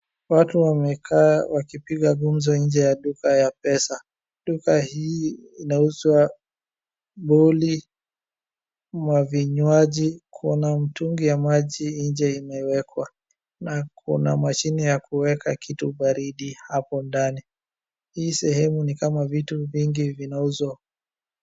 Watu wamekaa wakipiga gumzo nje ya duka ya pesa. Duka hii inauzwa boli, mavinywaji kuna mtungi ya maji nje imewekwa na kuna mashine ya kuweka kitu baridi hapo ndani hii sehemu ni kama vitu vingi vinauzwa.